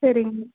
சரிங்க